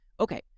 Okay